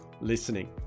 listening